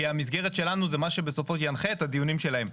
כי המסגרת שלנו זה מה שינחה את הדיונים שלהם.